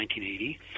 1980